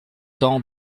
temps